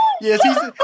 Yes